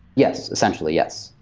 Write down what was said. yes. essentially, yes.